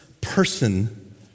person